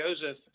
joseph